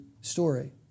story